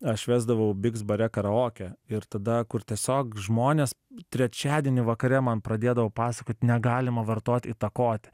aš vesdavau biks bare karaokę ir tada kur tiesiog žmonės trečiadienį vakare man pradėdavo pasakot negalima vartot įtakoti